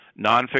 nonfiction